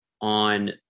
on